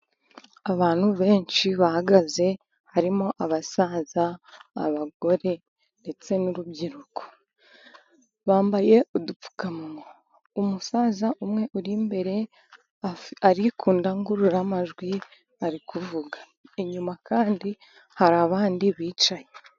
Abantu benshi bahagaze harimo abasaza, abagore ndetse n'urubyiruko, bambaye udupfukamunwa umusaza umwe uri imbere ari kudangururamajwi, ari kuvuga inyuma kandi hari abandi bicaye.